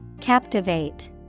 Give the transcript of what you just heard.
Captivate